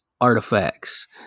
artifacts